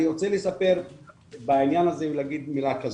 אני רוצה לספר בעניין הזה ולהגיד מילה כזו,